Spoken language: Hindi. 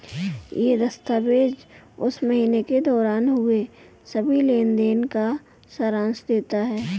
यह दस्तावेज़ उस महीने के दौरान हुए सभी लेन देन का सारांश देता है